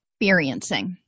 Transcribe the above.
experiencing